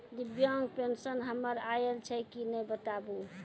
दिव्यांग पेंशन हमर आयल छै कि नैय बताबू?